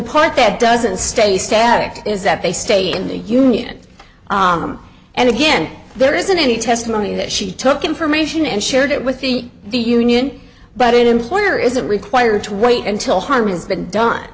part that doesn't stay static is that they stay in the union and again there isn't any testimony that she took information and shared it with the the union but employer isn't required to wait until harm